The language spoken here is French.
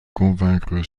convaincre